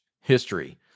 history